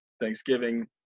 Thanksgiving